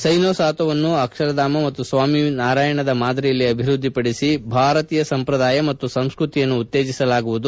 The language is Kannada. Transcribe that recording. ಸೈನೊ ಸಾಥೊವನ್ನು ಅಕ್ಷರಧಾಮ ಮತ್ತು ಸ್ವಾಮಿ ನಾರಾಯಣದ ಮಾದರಿಯಲ್ಲಿ ಅಭಿವೃದ್ಧಿಪಡಿಸಿ ಭಾರತೀಯ ಸಂಪ್ರದಾಯ ಮತ್ತು ಸಂಸ್ಕತಿಯನ್ನು ಉತ್ತೇಜೆಸಲಾಗುವುದು